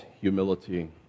humility